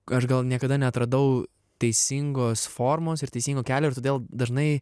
ką aš gal niekada neatradau teisingos formos ir teisingo kelio ir todėl dažnai